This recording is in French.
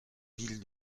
ville